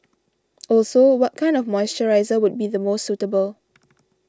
also what kind of moisturiser would be the most suitable